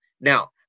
Now